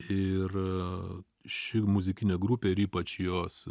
ir ši muzikinė grupė ir ypač jos